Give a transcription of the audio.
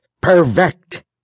perfect